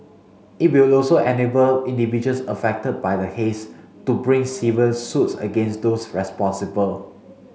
it will also enable individuals affected by the haze to bring civil suits against those responsible